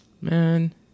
Man